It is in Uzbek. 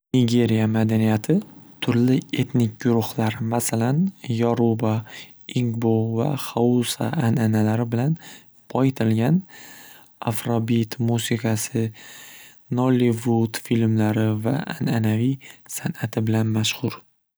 Nigeriya madaniyati turli etnik guruhlar masalan yoruba, ingbo va hovusa an'analari bilan boyitilgan afrobit musiqasi nollivud filmlari va an'anaviy san'ati bilan mashxur.